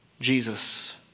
Jesus